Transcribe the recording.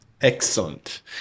Excellent